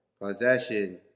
possession